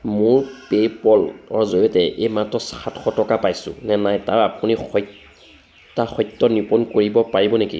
মোৰ পে'পলৰ জৰিয়তে এইমাত্ৰ সাতশ টকা পাইছো নে নাই তাৰ আপুনি সত্যাসত্য নিৰূপণ কৰিব পাৰিব নেকি